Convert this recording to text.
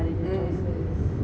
mm